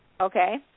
okay